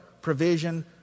provision